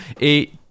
et